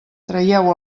traieu